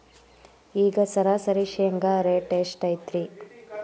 ಈಗ ಸರಾಸರಿ ಶೇಂಗಾ ರೇಟ್ ಎಷ್ಟು ಐತ್ರಿ?